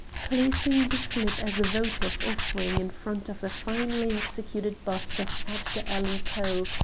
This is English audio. placing the slip as a votive offering in front of a finely-executed bust of edgar allen poe,